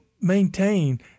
maintain